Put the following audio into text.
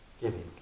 giving